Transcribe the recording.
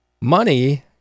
Money